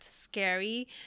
scary